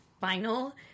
final